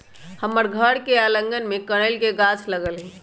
हमर घर के आगना में कनइल के गाछ लागल हइ